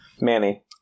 Manny